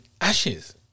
ashes